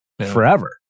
forever